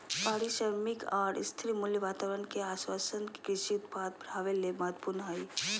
पारिश्रमिक आर स्थिर मूल्य वातावरण के आश्वाशन कृषि उत्पादन बढ़ावे ले महत्वपूर्ण हई